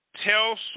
tell